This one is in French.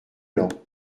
l’an